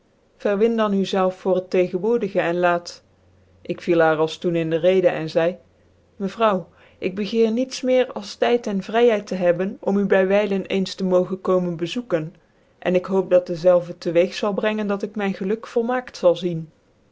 verwin dan u zclven voor het tegenwoordige en laat ik viel haar als doen in dc reden cn zeide mevrouw ik begeer niets meer als tyd cn vryheid te hebben om u by wijlen eens tc mogen komen bezoeken en ik hoop dat dezelve te weeg zal brengen dat ik mijn geluk volmaakt zai zien